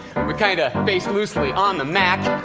we're kind of based loosely on the mac.